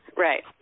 Right